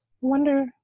wonder